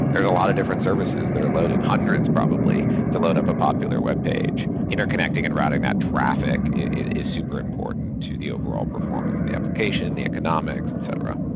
there's a lot of different services that are loaded, hundreds probably to load up a popular webpage. interconnecting and routing that traffic is super important to the overall performance of the application, the economic, etc.